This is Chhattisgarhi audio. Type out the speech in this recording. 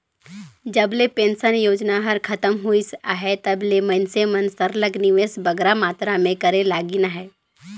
जब ले पेंसन योजना हर खतम होइस हे तब ले मइनसे मन सरलग निवेस बगरा मातरा में करे लगिन अहे